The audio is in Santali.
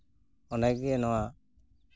ᱚᱱᱮᱜᱮ ᱱᱚᱣᱟ